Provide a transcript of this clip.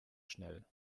schnell